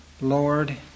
Lord